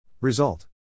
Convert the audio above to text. Result